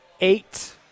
eight